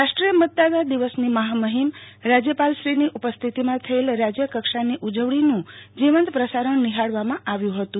રાષ્ટ્રીય મતદાતા દિવસની મફામફિમ રાજ્યપાલશ્રીની ઉપસ્થિતિમાં થયેલ રાજ્ય કક્ષાની ઉજવણીનું જીવંત પ્રસારણ નિફાળવામાં આવ્યુ ફતું